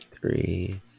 three